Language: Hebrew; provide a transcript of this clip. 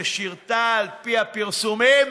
ששירתה, על פי הפרסומים,